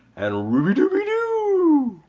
and rooby dooby doo!